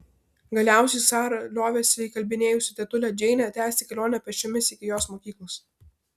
galiausiai sara liovėsi įkalbinėjusi tetulę džeinę tęsti kelionę pėsčiomis iki jos mokyklos